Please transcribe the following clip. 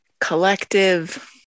collective